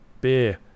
beer